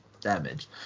damage